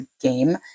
game